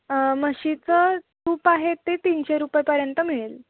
म्हशीचं तूप आहे ते तीनशे रुपयापर्यंत मिळेल